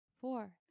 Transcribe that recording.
four